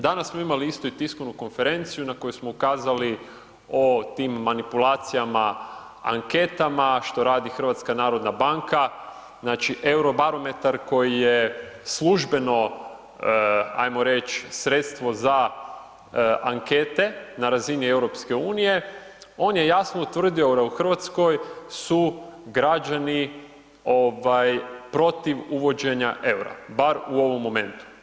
Danas smo imali isto i tiskovnu konferenciju na kojoj smo ukazali o tim manipulacijama anketama, što radi HNB, znači Eurobarometer koji je službeno ajmo reći sredstvo za ankete na razini EU-a, on je jasno utvrdio da u Hrvatskoj su građani protiv uvođenja eura, bar u ovom momentu.